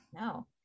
no